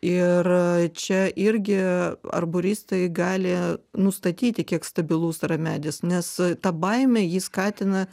ir čia irgi arboristai gali nustatyti kiek stabilus yra medis nes ta baimė jį skatina